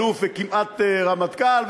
אלוף וכמעט רמטכ"ל,